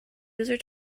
user